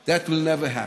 that will never happen.